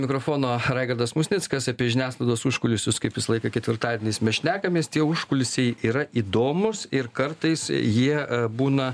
mikrofono raigardas musnickas apie žiniasklaidos užkulisius kaip visą laiką ketvirtadieniais mes šnekamės tie užkulisiai yra įdomūs ir kartais jie būna